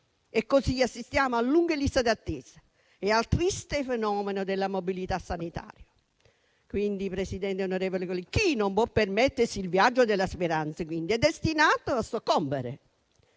così assistiamo a lunghe liste d'attesa e al triste fenomeno della mobilità sanitaria. Pertanto, chi non può permettersi il viaggio della speranza è destinato a soccombere.